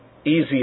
easier